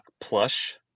plush